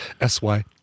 S-Y